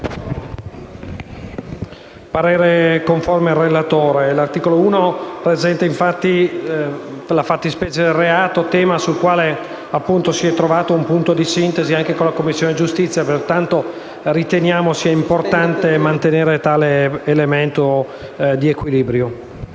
parere conforme a quello della relatrice. L'articolo 1 presenta la fattispecie del reato, tema sul quale si è trovato un punto di sintesi, anche con la Commissione giustizia. Pertanto riteniamo sia importante mantenere tale elemento di equilibrio.